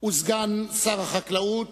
וסגן שר החקלאות,